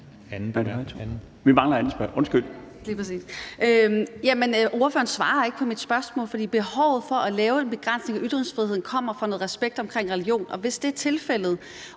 Ordføreren svarer ikke på mit spørgsmål, for behovet for at lave en begrænsning i ytringsfriheden kommer fra noget respekt omkring religion, og hvis det er tilfældet